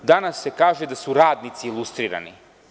Danas se kaže da su radnici lustrirani.